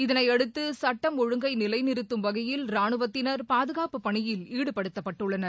இதையடுத்து சுட்டம் ஒழுங்கை நிலைநிறுத்தும் வகையில் ரானுவத்தினர் பாதுகாப்பு பணியில் ஈடுபடுத்தப்பட்டுள்ளனர்